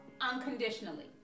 unconditionally